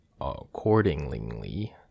accordingly